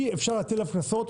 אי אפשר להטיל עליו קנסות,